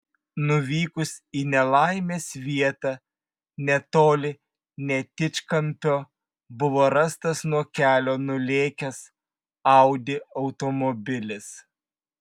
nuvykus į nelaimės vietą netoli netičkampio buvo rastas nuo kelio nulėkęs audi automobilis